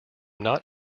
not